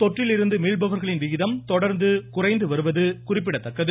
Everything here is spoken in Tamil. தொற்றிலிருந்து மீள்பவர்களின் விகிதம் தொடர்ந்து குறைந்து வருவது குறிப்பிடத்தக்கது